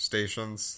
Stations